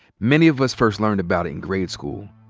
many of us first learned about it in grade school.